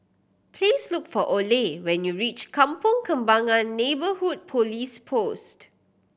please look for Oley when you reach Kampong Kembangan Neighbourhood Police Post